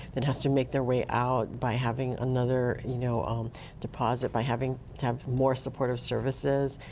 and has to make their way out by having another you know um deposit by having to have more supportive services,